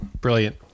brilliant